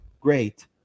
great